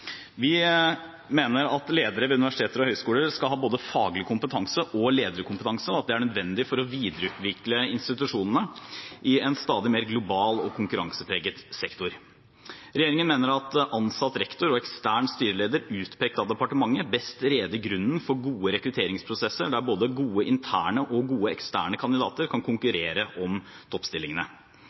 Vi mener at ledere ved universiteter og høyskoler skal ha både faglig kompetanse og lederkompetanse, og at det er nødvendig for å videreutvikle institusjonene i en stadig mer global og konkurransepreget sektor. Regjeringen mener at ansatt rektor og ekstern styreleder utpekt av departementet best bereder grunnen for gode rekrutteringsprosesser der både gode interne og gode eksterne kandidater kan konkurrere om toppstillingene.